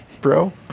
Bro